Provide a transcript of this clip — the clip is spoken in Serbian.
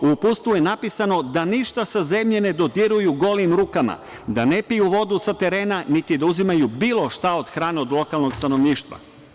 Uputstvo je napisano da ništa sa zemlje ne dodiruju golim rukama, da ne piju vodu sa terena, niti da uzimaju bilo šta od hrane od lokalnog stanovništva.